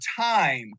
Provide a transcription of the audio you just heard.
time